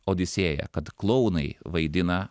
odisėją kad klounai vaidina